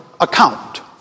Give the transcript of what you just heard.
account